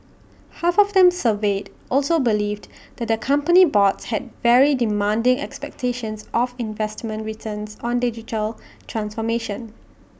half of them surveyed also believed that their company boards had very demanding expectations of investment returns on digital transformation